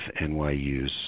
NYU's